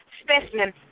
specimen